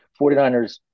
49ers